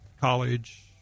college